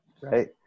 Right